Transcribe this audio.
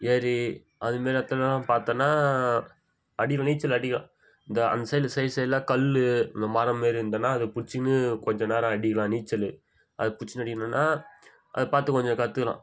ஏரி அதுமாரி இடத்துலல்லாம் பார்த்தோன்னா அடிக்கலாம் நீச்சல் அடிக்கலாம் இந்த அந்த சைட் இந்த சைட்ஸ் எல்லாம் கல் இந்த மரம் மாரி இருந்துதுன்னால் அதை பிடிச்சிக்குனு கொஞ்ச நேரம் அடிக்கலாம் நீச்சல் அதை பிடிச்சின்னு அடிக்கணுன்னால் அதை பார்த்து கொஞ்சம் கற்றுக்கலாம்